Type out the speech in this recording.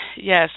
yes